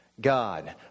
God